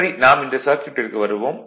சரி நாம் இந்த சர்க்யூட்டிற்கு வருவோம்